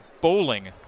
Bowling